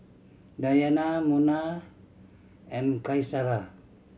Dayana Munah and Qaisara